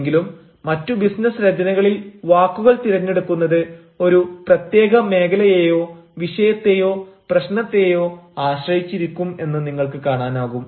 എങ്കിലും മറ്റു ബിസിനസ് രചനകളിൽ വാക്കുകൾ തിരഞ്ഞെടുക്കുന്നത് ഒരു പ്രത്യേക മേഖലയെയോ വിഷയത്തേയോ പ്രശ്നത്തേയോ ആശ്രയിച്ചിരിക്കും എന്ന് നിങ്ങൾക്ക് കാണാനാകും